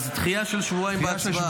אז דחייה של שבועיים בהצבעה.